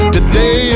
Today